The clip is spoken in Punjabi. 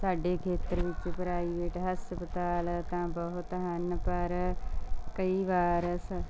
ਸਾਡੇ ਖੇਤਰ ਵਿੱਚ ਪ੍ਰਾਈਵੇਟ ਹਸਪਤਾਲ ਤਾਂ ਬਹੁਤ ਹਨ ਪਰ ਕਈ ਵਾਰ ਸ